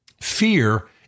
fear